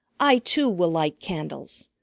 i too will light candles.